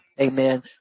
Amen